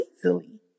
easily